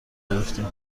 گرفتیم